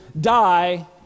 die